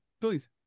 please